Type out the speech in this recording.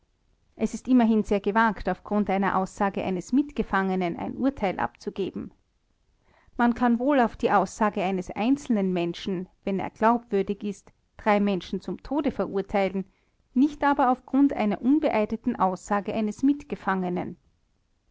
es ist immerhin sehr gewagt auf grund einer aussage eines mitgefangenen ein urteil abzugeben man kann wohl auf die aussage eines einzelnen menschen wenn er glaubwürdig ist drei menschen zum tode verurteilen nicht aber auf grund einer unbeeideten aussage eines mitgefangenen